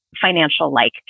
financial-like